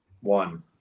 One